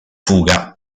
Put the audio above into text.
fuga